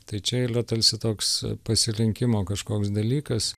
tai čia ir yra tarsi toks pasirinkimo kažkoks dalykas